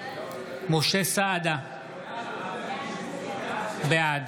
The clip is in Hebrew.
משה סעדה, בעד